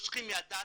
נושרים מהדת,